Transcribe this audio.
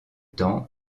temps